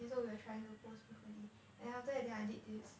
okay so we were trying to pose properly then after that then I did this